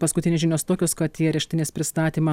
paskutinės žinios tokios kad į areštinės pristatymą